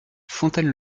fontaine